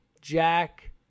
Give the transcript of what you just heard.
Jack